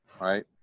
right